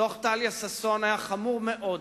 דוח טליה ששון היה חמור מאוד,